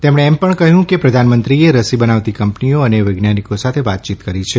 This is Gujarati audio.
તેમણે એમ પણ કહયું કે પ્રધાનમંત્રીએ રસી બનાવતી કંપનીઓ અને વૈજ્ઞાનીકો સાથે વાતચીત કરી છે